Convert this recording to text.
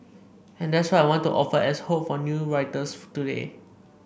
and that's what I want to offer as hope for new writers for today